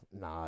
No